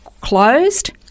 closed